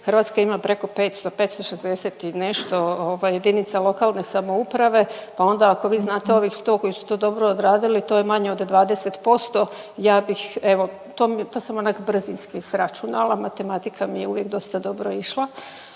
Hrvatska ima preko 500, 560 i nešto ovaj jedinica lokalne samouprave pa onda ako vi znate ovih 100 koji su to dobro odradili to je manje od 20% ja bih evo to sam onak brzinski sračunala, matematika mi je uvijek dosta dobro išla